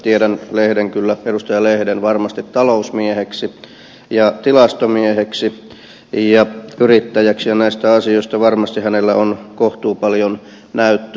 tiedän edustaja lehden kyllä varmasti talousmieheksi ja tilastomieheksi ja yrittäjäksi ja näistä asioista hänellä on varmasti kohtuupaljon näyttöä